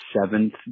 seventh